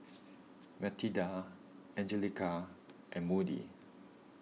Matilda Angelica and Moody